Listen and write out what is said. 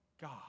God